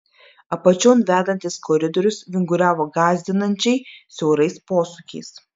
apačion vedantis koridorius vinguriavo gąsdinančiai siaurais posūkiais